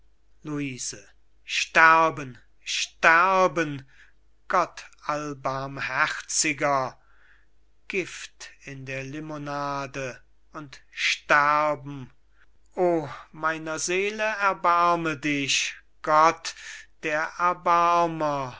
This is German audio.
luise sterben sterben gott allbarmherziger gift in der limonade und sterben o meiner seele erbarme dich gott der